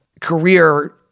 career